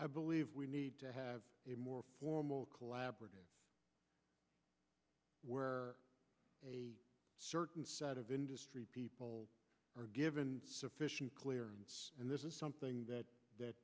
i believe we need to have a more formal collaborative where a certain set of industry people are given sufficient clearance and this is something that